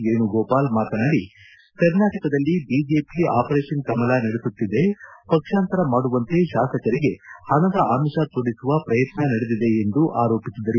ವೇಣುಗೋಪಾಲ್ ಮಾತನಾಡಿ ಕರ್ನಾಟಕದಲ್ಲಿ BJP operation Kamala ನಡೆಸುತ್ತಿದೆ ಪಕ್ಷಾಂತರ ಮಾಡುವಂತೆ ಶಾಸಕರಿಗೆ ಹಣದ ಅಮಿಷ ತೋರಿಸುವ ಪ್ರಯತ್ನ ನಡೆದಿದೆ ಎಂದು ಆರೋಪಿಸಿದರು